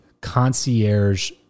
concierge